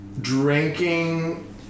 drinking